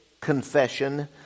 confession